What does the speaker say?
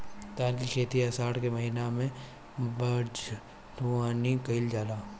धान के खेती आषाढ़ के महीना में बइठुअनी कइल जाला?